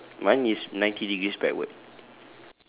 ya correct mine is ninety degrees backward